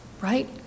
right